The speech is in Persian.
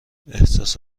احساس